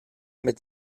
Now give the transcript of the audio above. mit